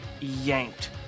Yanked